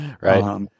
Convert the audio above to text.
Right